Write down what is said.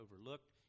overlooked